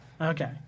Okay